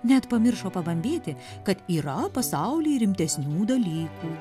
net pamiršo pabambėti kad yra pasauly rimtesnių dalykų